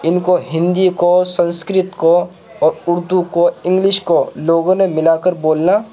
ان کو ہندی كو سنسكرت كو اور اردو كو انگلش كو لوگوں نے ملا کر بولنا